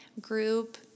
group